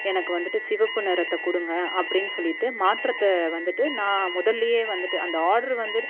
எனக்கு வந்துட்டு சிவப்பு நிறத்தை கொடுங்க அப்படினு சொல்லிட்டு மாற்றத்தை வந்துட்டு நான் முதல்லயே வந்துட்டு அந்த ஆர்ட்ரு வந்து